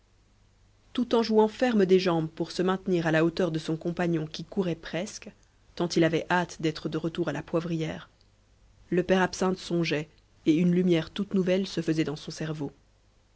tout en jouant ferme des jambes pour se maintenir à la hauteur de son compagnon qui courait presque tant il avait hâte d'être de retour à la poivrière le père absinthe songeait et une lumière toute nouvelle se faisait dans son cerveau